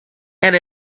and